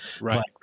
Right